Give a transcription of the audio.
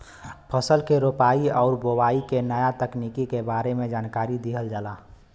फसल के रोपाई आउर बोआई के नया तकनीकी के बारे में जानकारी दिहल जाला